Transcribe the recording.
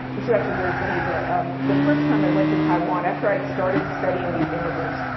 this is actually very funny. the the first time i went to taiwan, after i had started studying these immigrants,